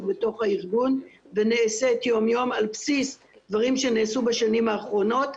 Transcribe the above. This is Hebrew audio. בתוך הארגון ונעשית יום יום על בסיס דברים שנעשו בשנים האחרונות,